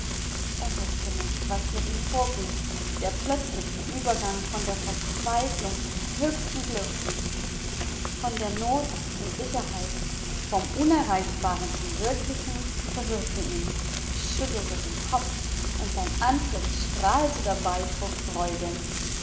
er wußte nicht was mit ihm vorging der plötzliche übergang von der verzweiflung zum höchsten glück von der not zur sicherheit vom unerreichbaren zum wirklichen verwirrte ihn er schüttelte den kopf und sein antlitz strahlte dabei von freude